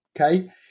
Okay